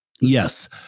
yes